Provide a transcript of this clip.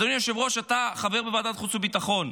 אדוני היושב-ראש, אתה חבר בוועדת החוץ והביטחון.